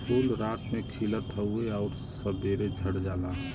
फूल रात में खिलत हउवे आउर सबेरे झड़ जाला